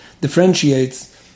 differentiates